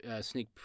sneak